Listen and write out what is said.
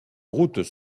routes